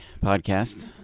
podcast